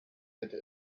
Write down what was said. hätte